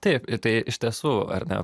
taip tai iš tiesų ar ne